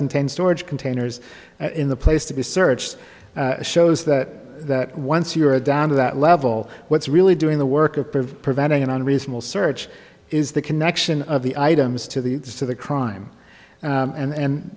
contain storage containers in the place to be searched shows that that once you're down to that level what's only doing the work of preventing an unreasonable search is the connection of the items to the to the crime and